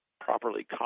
properly